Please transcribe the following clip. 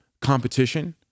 competition